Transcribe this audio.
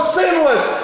sinless